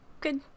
good